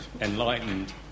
enlightened